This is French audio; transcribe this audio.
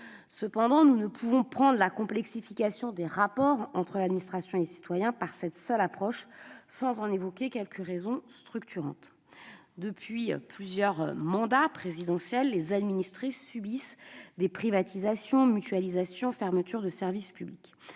Cela étant, nous ne pouvons appréhender la complexification des rapports entre l'administration et les citoyens au travers de cette seule approche, sans en évoquer les raisons structurantes. Depuis plusieurs mandats présidentiels, les administrés subissent des privatisations, mutualisations et fermetures de services publics.